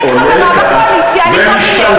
בקואליציה יש ממשלה וכנסת.